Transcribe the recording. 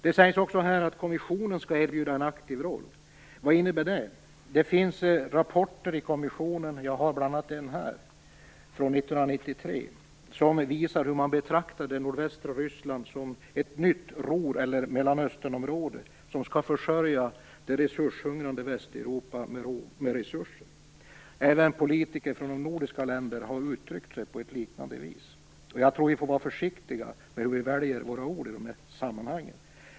Det sägs i svaret att kommissionen skall erbjudas en aktiv roll. Vad innebär det? Det finns rapporter i kommissionen, bl.a. en från 1993, som visar hur man betraktar nordvästra Ryssland som ett nytt Ruhr eller Mellanösternområde, som skall försörja det resurshungrande Västeuropa med resurser. Även politiker från nordiska länder har uttryckt sig på liknande vis. Vi får nog vara försiktiga med hur vi väljer våra ord i de här sammanhangen.